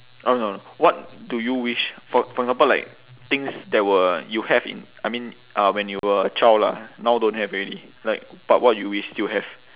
uh no what do you wish for for example like things that were you have in I mean uh when you were a child lah now don't have already like but what you wish still have